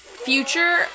Future